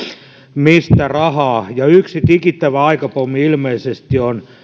mistä rahaa yksi tikittävä aikapommi ilmeisesti on